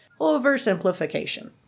oversimplification